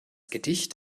gedicht